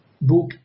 book